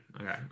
Okay